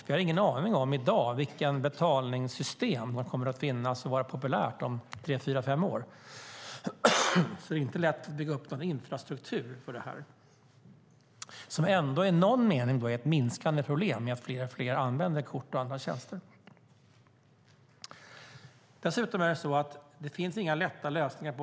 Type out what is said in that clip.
Vi har i dag ingen aning om vilket betalningssystem som kommer att finnas och vara populärt om tre fyra fem år, så det är inte lätt att bygga upp någon infrastruktur för det här. Det är ändå i någon mening ett minskande problem i och med att allt fler använder kort och andra tjänster. Dessutom finns det inga lätta lösningar.